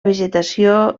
vegetació